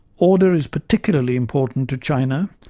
order is particularly important to china,